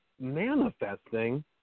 manifesting